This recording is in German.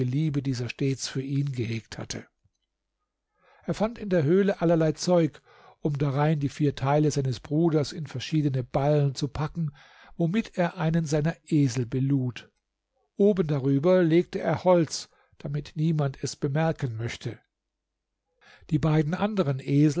liebe dieser stets für ihn gehegt hatte er fand in der höhle allerlei zeug um darein die vier teile seines bruders in verschiedene ballen zu packen womit er einen seiner esel belud oben darüber legte er holz damit niemand es merken möchte die beiden anderen esel